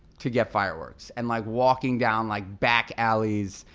to get fireworks. and like walking down like back alleys,